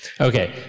Okay